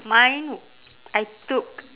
mine I took